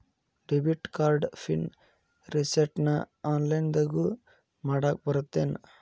debit card PIN ರಿಸೆಟ್ನ ಆನ್ಲೈನ್ದಗೂ ಮಾಡಾಕ ಬರತ್ತೇನ್